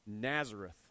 Nazareth